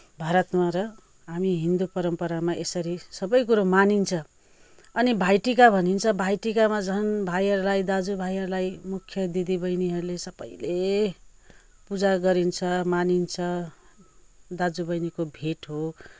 भारतमा र हामी हिन्दू परम्परा यसरी सबै कुरो मानिन्छ अनि भाइटिका भनिन्छ भाइटिकामा झन् भाइहरूलाई दाजु भाइहरूलाई मुख्य दिदी बहिनीहरूले सबैले पूजा गरिन्छ मानिन्छ दाजु बहिनीको भेट हो